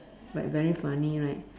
like very funny right